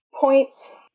points